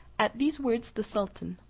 at these words the sultan,